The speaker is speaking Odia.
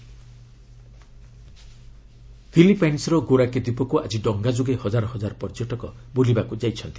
ଫିଲିପାଇନ୍ସ୍ ଆଇଲ୍ୟାଣ୍ଡ ଫିଲିପାଇନ୍ସ୍ର ଗୋରାକେ ଦ୍ୱୀପକୁ ଆଜି ଡଙ୍ଗା ଯୋଗେ ହଜାର ହଜାର ପର୍ଯ୍ୟଟକ ବୁଲିବାକୁ ଯାଇଛନ୍ତି